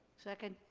second.